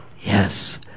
Yes